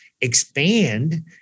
expand